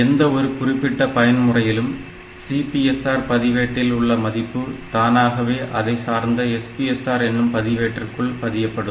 எந்த ஒரு குறிப்பிட்ட பயன் முறையிலும் CPSR பதிவேட்டில் உள்ள மதிப்பு தானாகவே அதனைச் சார்ந்த SPSR என்னும் பதிவேட்டிற்குள் பதியப்படும்